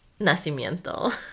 nacimiento